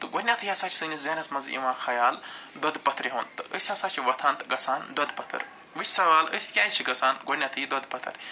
تہٕ گۄڈنٮ۪تھٕے ہَسا چھِ سٲنِس ذہنس منٛز یِوان خیال دۄدٕ پتھرِ ہُنٛد تہٕ أسۍ ہَسا چھِ وۄتھان تہٕ گَژھان دۄدٕ پتھٕر وۄنۍ چھُ سوال أسۍ کیٛازِ چھِ گَژھان گۄڈٕنٮ۪تھٕے دۄدٕ پَتھٕر